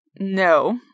No